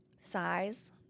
size